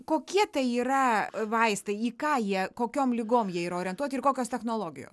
kokie tai yra vaistai į ką jie kokiom ligom jie yra orientuoti ir kokios technologijo